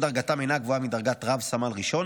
דרגתם אינם גבוהה מדרגת רב-סמל ראשון,